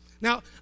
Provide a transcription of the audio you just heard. Now